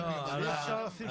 תודה אדוני.